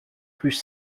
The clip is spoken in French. plus